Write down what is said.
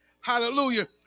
Hallelujah